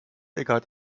eckhart